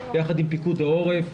יחד עם פיקוד העורף,